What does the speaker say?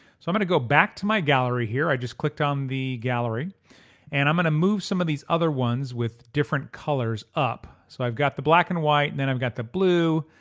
so i'm gonna go back to my gallery here i just clicked on the gallery and i'm gonna move some of these other ones with different colors up. so i've got the black and white and then i've got the blue,